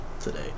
today